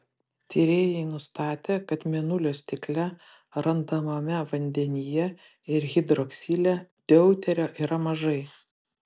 tyrėjai nustatė kad mėnulio stikle randamame vandenyje ir hidroksile deuterio yra mažai